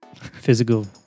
Physical